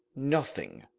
nothing.